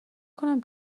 کنم